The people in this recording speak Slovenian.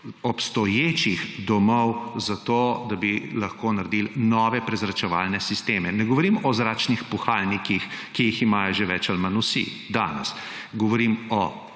obstoječih domov za to, da bi lahko naredili nove prezračevalne sisteme. Ne govorim o zračnih puhalnikih, ki jih imajo že več ali manj vsi danes. Govorim o